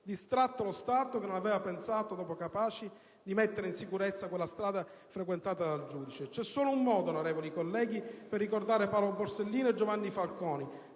Distratto lo Stato che non aveva pensato, dopo Capaci, di mettere in sicurezza quella strada frequentata dal giudice. C'è solo un modo, onorevoli colleghi, per ricordare Paolo Borsellino e Giovanni Falcone,